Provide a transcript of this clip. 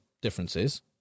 differences